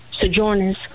sojourners